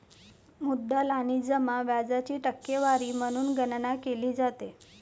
मुद्दल आणि जमा व्याजाची टक्केवारी म्हणून गणना केली जाते